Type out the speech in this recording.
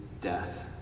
death